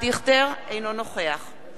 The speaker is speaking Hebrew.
אינו נוכח דני דנון,